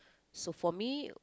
so for me